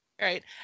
Right